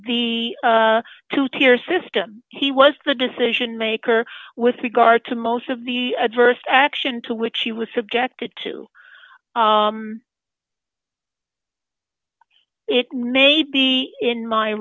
the two tier system he was the decision maker with regard to most of the adverse action to which she was subjected to it may be in my